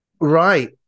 Right